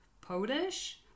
Polish